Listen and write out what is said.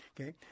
okay